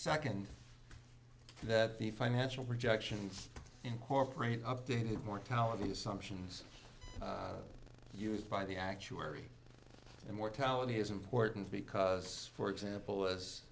second that the financial projections incorporate updated mortality assumptions used by the actuary in mortality is important because for example